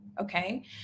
Okay